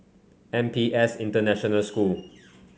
N P S International School